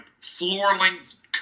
floor-length